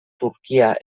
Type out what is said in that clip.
turkia